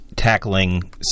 tackling